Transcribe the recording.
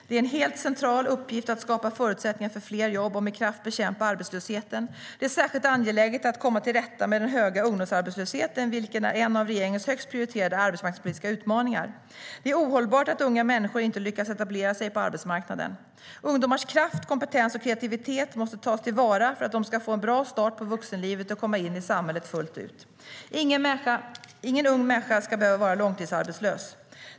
Det är en helt central uppgift att skapa förutsättningar för fler jobb och med kraft bekämpa arbetslösheten. Det är särskilt angeläget att komma till rätta med den höga ungdomsarbetslösheten, vilket är en av regeringens högst prioriterade arbetsmarknadspolitiska utmaningar. Det är ohållbart att unga människor inte lyckas etablera sig på arbetsmarknaden. Ungdomars kraft, kompetens och kreativitet måste tas till vara för att de ska få en bra start på vuxenlivet och komma in i samhället fullt ut. Ingen ung människa ska behöva vara långtidsarbetslös.